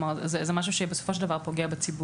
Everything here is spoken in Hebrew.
זה משהו שפוגע בציבור.